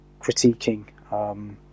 critiquing